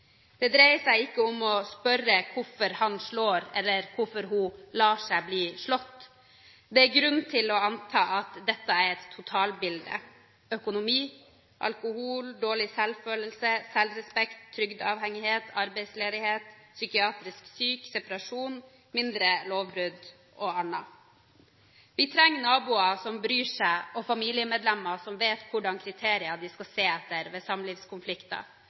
Det dreier seg ikke om å spørre hvorfor han slår, eller hvorfor hun «lar» seg bli slått. Det er grunn til å anta at dette er et totalbilde – økonomi, alkohol, dårlig selvfølelse og selvrespekt, trygdeavhengighet, arbeidsledighet, psykiatrisk sykdom, separasjon, mindre lovbrudd osv. Vi trenger naboer som bryr seg, og familiemedlemmer som vet hvilke kriterier de skal se etter ved samlivskonflikter